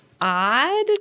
odd